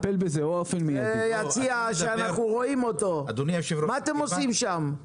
מה אתם עושים שם?